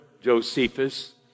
Josephus